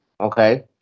Okay